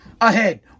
ahead